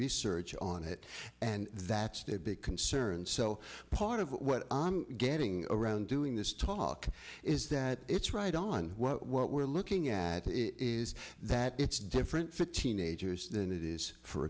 research on it and that's a big concern so part of what i'm getting around doing this talk is that it's right on what we're looking at it is that it's different for teenagers than it is for